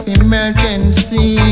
emergency